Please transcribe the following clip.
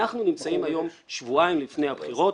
אנחנו נמצאים היום שבועיים לפני הבחירות.